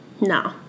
no